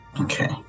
Okay